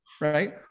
Right